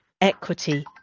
Equity